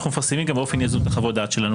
אנחנו מפרסמים גם באופן יזום את חוות הדעת שלנו.